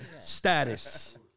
status